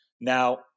now